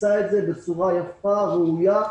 עשה את זה בצורה יפה וראויה,